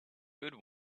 good